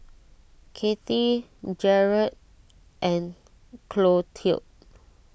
Kathy Gerald and Clotilde